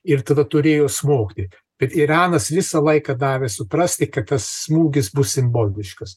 ir tada turėjo smogti bet iranas visą laiką davė suprasti kad tas smūgis bus simboliškas